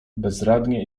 bezradnie